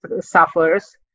suffers